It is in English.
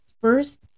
first